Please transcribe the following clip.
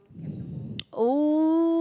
oh